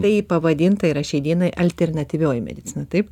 tai pavadinta yra šiai dienai alternatyvioji medicina taip